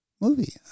movie